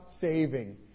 saving